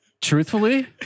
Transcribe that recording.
Truthfully